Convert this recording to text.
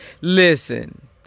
listen